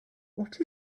what